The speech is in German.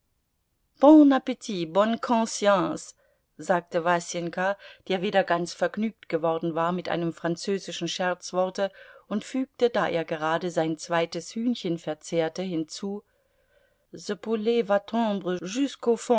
sagte wasenka der wieder ganz vergnügt geworden war mit einem französischen scherzworte und fügte da er gerade sein zweites hühnchen verzehrte hinzu